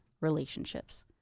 relationships